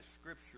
Scripture